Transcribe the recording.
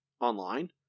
online